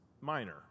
minor